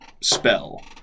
spell